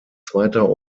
zweiter